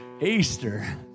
Easter